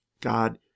God